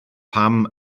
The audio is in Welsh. pam